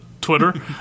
Twitter